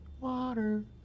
Water